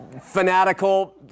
fanatical